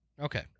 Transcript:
Okay